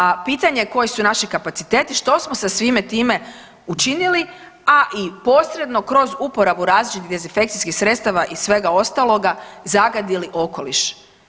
A pitanje koji su naši kapaciteti, što smo sa svime time učinili, a i posredno kroz uporabu različitih dezinfekcijskih sredstava i svega ostaloga zagadili okoliš.